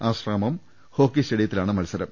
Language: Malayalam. ആശ്രാമം ഹോക്കി സ്റ്റേഡിയത്തിലാണ് മത്സരം